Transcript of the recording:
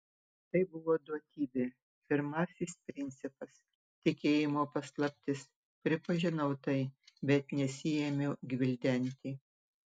tai buvo duotybė pirmasis principas tikėjimo paslaptis pripažinau tai bet nesiėmiau gvildenti